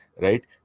right